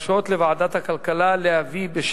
להרשות לוועדת הכלכלה להביא לקריאה השנייה ולקריאה השלישית,